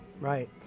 Right